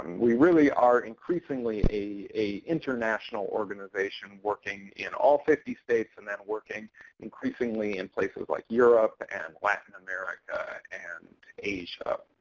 we really are increasingly an international organization working in all fifty states, and then working increasingly in places like europe and latin america and asia.